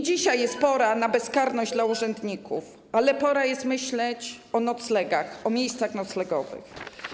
Dzisiaj nie jest pora na bezkarność urzędników, ale pora myśleć o noclegach, o miejscach noclegowych.